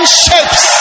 shapes